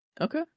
Okay